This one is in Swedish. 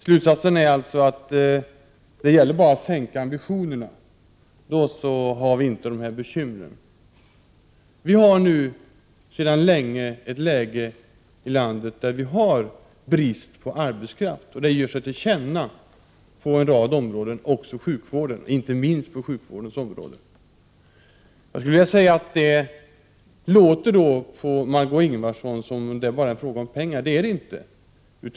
Slutsatsen skulle alltså vara att det bara gäller att sänka ambitionerna; då får vi inte de här bekymren! Vi har här i landet sedan länge ett läge med brist på arbetskraft. Den ger sig till känna på en rad områden, inte minst sjukvårdens. Det låter på Margö Ingvardsson som om det bara vore fråga om pengar. Det är det inte.